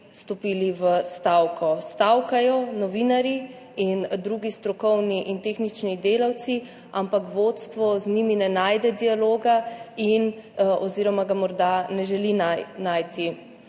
v stavko. Stavkajo novinarji in drugi strokovni in tehnični delavci, ampak vodstvo z njimi ne najde dialoga oziroma ga morda ne želi najti.